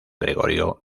gregorio